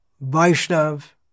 Vaishnav